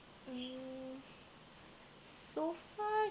uh so far